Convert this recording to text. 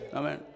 amen